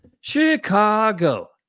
chicago